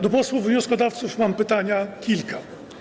Do posłów wnioskodawców mam pytań kilka.